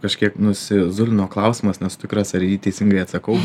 kažkiek nusizulino klausimas nesu tikras ar į jį teisingai atsakau be